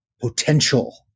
potential